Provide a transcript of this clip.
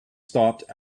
stopped